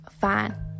fine